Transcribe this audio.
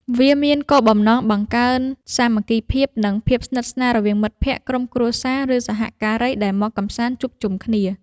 វាមានគោលបំណង បង្កើនសាមគ្គីភាព និងភាពស្និទ្ធស្នាលរវាងមិត្តភក្តិ ក្រុមគ្រួសារ ឬសហការីដែលមកកម្សាន្តជួបជុំគ្នា។